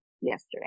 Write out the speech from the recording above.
yesterday